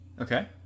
Okay